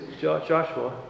Joshua